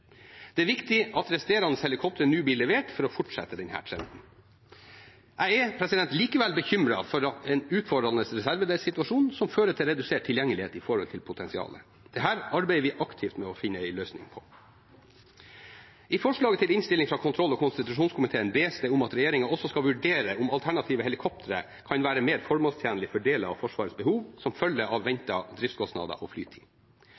Det er viktig at de resterende helikoptre nå blir levert for å fortsette denne trenden. Jeg er likevel bekymret for en utfordrende reservedelssituasjon som fører til redusert tilgjengelighet i forhold til potensialet. Dette arbeider vi aktivt med å finne en løsning på. I forslaget til innstilling fra kontroll- og konstitusjonskomiteen bes det om at regjeringen også skal vurdere om alternative helikoptre kan være mer formålstjenlig for deler av Forsvarets behov som følge av ventende driftskostnader og flytid.